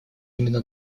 именно